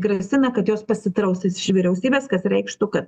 grasina kad jos pasitrauks iš vyriausybės kas reikštų kad